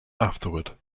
afterward